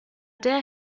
der